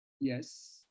yes